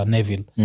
Neville